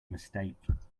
mistake